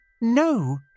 no